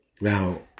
Now